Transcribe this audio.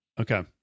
Okay